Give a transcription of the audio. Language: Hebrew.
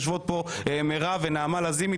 יושבות פה מירב ונעמה לזימי,